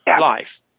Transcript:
life